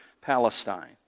Palestine